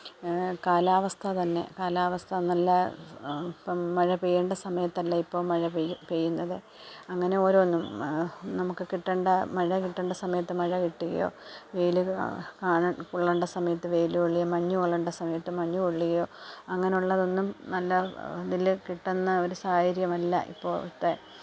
കലാവസ്ഥ തന്നെ കാലാവസ്ഥ നല്ല ഇപ്പം മഴ പെയ്യേണ്ട സമയത്തല്ല ഇപ്പം മഴ പെയ്യുന്നത് അങ്ങനെ ഓരോന്നും നമുക്ക് കിട്ടേണ്ട മഴ കിട്ടേണ്ട സമയത്ത് മഴ കിട്ടുകയോ വെയിൽ കൊള്ളേണ്ട സമയത്ത് വെയിൽ കൊള്ളുകയും മഞ്ഞ് കൊള്ളണ്ട സമയത്ത് മഞ്ഞ് കൊള്ളുകയോ അങ്ങനെ ഉള്ളതൊന്നും നല്ല ഇതില് കിട്ടുന്ന ഒരു സാഹചര്യമല്ല ഇപ്പോഴെത്തെ